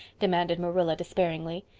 demanded marilla despairingly.